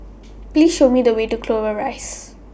Please Show Me The Way to Clover Rise